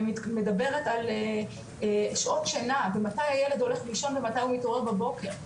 אני מדברת על שעות שינה ומתי הילד הולך לישון ומתי הוא מתעורר בבוקר,